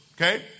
Okay